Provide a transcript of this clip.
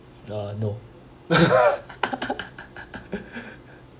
uh no